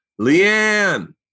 Leanne